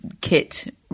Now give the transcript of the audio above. kit